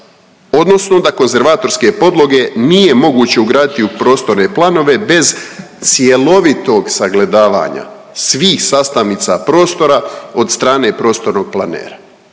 odnosno da konzervatorske podloge nije moguće ugraditi u prostorne planove bez cjelovitog sagledavanja svih sastavnica prostora od strane prostornog planera.